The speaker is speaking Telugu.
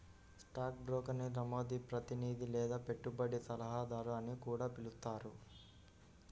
స్టాక్ బ్రోకర్ని నమోదిత ప్రతినిధి లేదా పెట్టుబడి సలహాదారు అని కూడా పిలుస్తారు